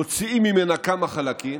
מוציאים ממנה כמה חלקים,